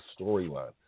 storyline